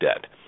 debt